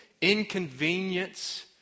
inconvenience